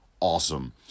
awesome